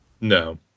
No